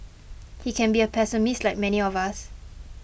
he can be a pessimist like many of us